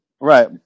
Right